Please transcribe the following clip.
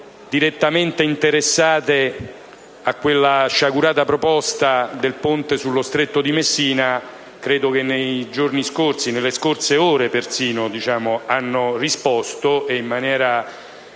direttamente interessate a quella sciagurata proposta del ponte sullo Stretto di Messina nei giorni e nelle ore scorsi ha risposto in maniera